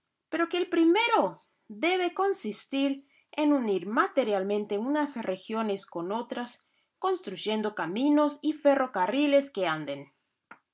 pero que el primero debe consistir en unir materialmente unas regiones con otras construyendo caminos y ferrocarriles que anden